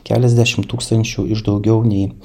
keliasdešimt tūkstančių iš daugiau nei